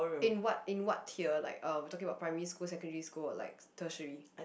in what in what tier like um talking about primary school secondary school or like tertiary